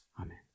Amen